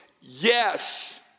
Yes